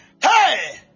Hey